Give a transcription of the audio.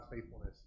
faithfulness